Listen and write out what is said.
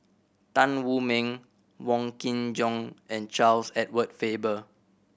Tan Wu Meng Wong Kin Jong and Charles Edward Faber